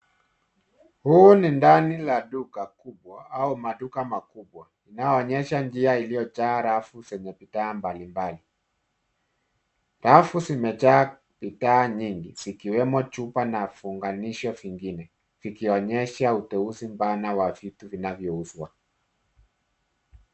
Huu ni ndani la duka kubwa au maduka makubwa, inaoonyesha njia iliyojaa rafu zenye bidhaa mbalimbali. Rafu zimejaa bidhaa nyingi zikiwemo chupa na funganisho vingine, vikionyesha uteuzi mpana wa vitu vinavyouzwa.